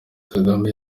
kagame